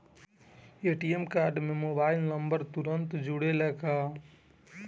ATM card में mobile number जुरेला का?